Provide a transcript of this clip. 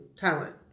talent